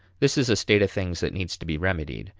this is a state of things that needs to be remedied,